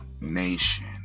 nation